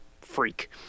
freak